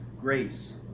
grace